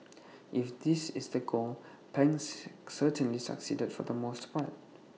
if this is the goal Pang's certainly succeeded for the most part